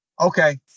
okay